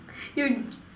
you